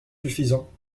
suffisants